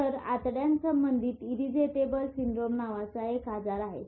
तर आतड्यांसंबंधीत irritable syndrome नावाचा एक आजार आहे